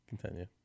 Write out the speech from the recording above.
Continue